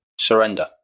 Surrender